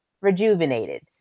rejuvenated